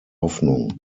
hoffnung